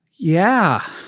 yeah.